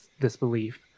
disbelief